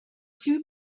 two